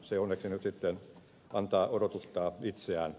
se onneksi nyt sitten antaa odotuttaa itseään